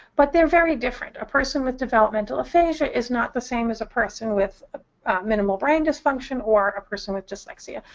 but they're very different. a person with developmental aphasia is not the same as a person with minimal brain dysfunction or a person with dyslexia.